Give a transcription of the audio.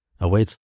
awaits